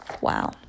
Wow